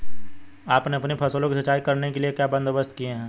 आपने अपनी फसलों की सिंचाई करने के लिए क्या बंदोबस्त किए है